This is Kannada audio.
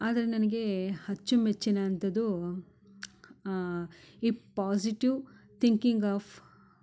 ಆದರೆ ನನಗೆ ಅಚ್ಚುಮೆಚ್ಚಿನ ಅಂಥದ್ದು ಇಪ್ ಪಾಸಿಟಿವ್ ತಿಂಕಿಂಗ್ ಆಫ್